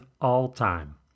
all-time